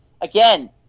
Again